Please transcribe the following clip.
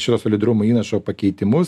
šio solidarumo įnašo pakeitimus